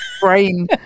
brain